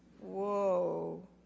Whoa